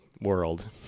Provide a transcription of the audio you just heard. world